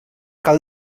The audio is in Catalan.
cal